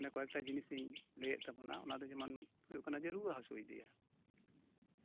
ᱢᱟᱱᱮ ᱠᱚᱭᱮᱠᱴᱟ ᱡᱤᱱᱤᱥᱤᱧ ᱞᱟᱹᱭᱮᱫ ᱛᱟᱵᱚᱱᱟ ᱚᱱᱟ ᱫᱚ ᱡᱮᱢᱚᱱ ᱦᱳᱭᱳᱜ ᱠᱟᱱᱟ ᱨᱩᱣᱟᱹ ᱦᱟᱹᱥᱩᱭᱮᱫᱮᱭᱟ